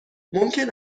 ممکن